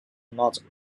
not